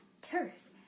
terrorists